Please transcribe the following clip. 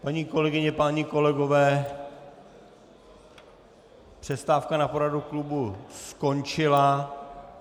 Paní kolegyně, páni kolegové, přestávka na poradu klubu skončila.